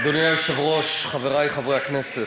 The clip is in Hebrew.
אדוני היושב-ראש, חברי חברי הכנסת.